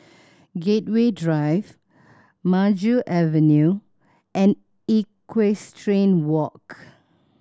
Gateway Drive Maju Avenue and Equestrian Walk